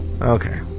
okay